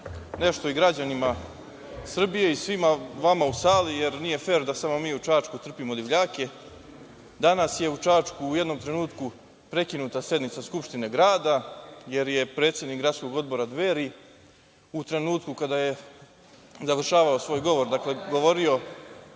nešto i građanima Srbije i svima vama u sali, jer nije fer da samo mi u Čačku trpimo divljake. Danas je u Čačku u jednom trenutku prekinuta sednica Skupštine grada, jer je predsednik Gradskog odbora Dveri u trenutku kada je završavao svoj govor, dakle, govorio